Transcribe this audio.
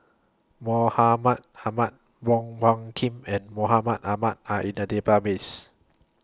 Mahmud Ahmad Wong Hung Khim and Mahmud Ahmad Are in The Database